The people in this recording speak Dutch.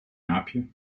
aapje